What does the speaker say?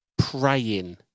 Praying